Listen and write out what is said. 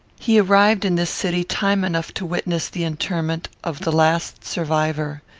he arrived in this city time enough to witness the interment of the last survivor.